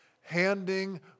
handing